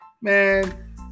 man